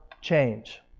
change